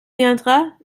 viendra